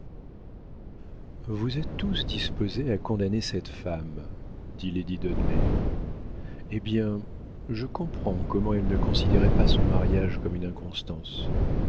vous êtes tous disposés à condamner cette femme dit lady dudley eh bien je comprends comment elle ne considérait pas son mariage comme une inconstance